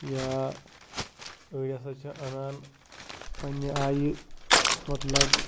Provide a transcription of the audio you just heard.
یا أڑۍ ہَسا چھِ اَنان پننہِ آیہِ مطلب